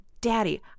Daddy